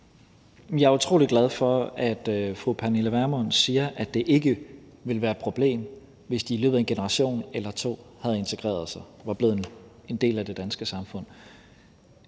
Jeg er utrolig glad for, at fru Pernille Vermund siger, at det ikke ville være et problem, hvis de i løbet af en generation eller to havde integreret sig, var blevet en del af det danske samfund.